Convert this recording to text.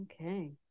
Okay